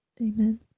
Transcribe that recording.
Amen